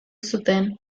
zuten